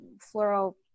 floral